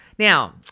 Now